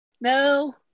No